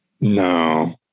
No